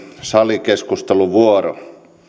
salikeskustelun vuoro